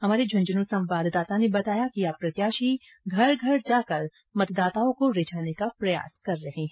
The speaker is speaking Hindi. हमारे झुंझुनू संवाददाता ने बताया है कि अब प्रत्याशी घर घर जाकर मतदाताओं को रिझाने का प्रयास कर रहे है